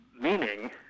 meaning